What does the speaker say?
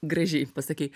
gražiai pasakei